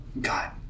God